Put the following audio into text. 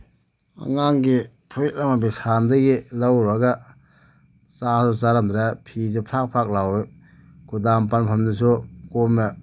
ꯑꯉꯥꯡꯒꯤ ꯐꯨꯔꯤꯠ ꯑꯃ ꯕꯤꯁꯥꯟꯗꯒꯤ ꯂꯧꯔꯨꯔꯒ ꯆꯥꯁꯨ ꯆꯥꯔꯝꯗ꯭ꯔꯦ ꯐꯤꯁꯨ ꯐ꯭ꯔꯥꯛ ꯐ꯭ꯔꯥꯛ ꯂꯥꯎꯏ ꯀꯨꯗꯥꯝ ꯄꯥꯟꯐꯝꯗꯨꯁꯨ ꯀꯣꯝꯃꯦ